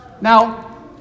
Now